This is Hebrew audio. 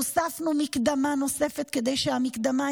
הוספנו מקדמה נוספת כדי שהמקדמה,